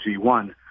G1